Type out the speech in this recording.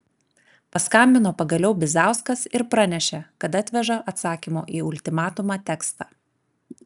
paskambino pagaliau bizauskas ir pranešė kad atveža atsakymo į ultimatumą tekstą